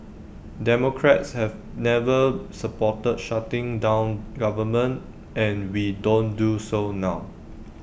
democrats have never supported shutting down government and we don't do so now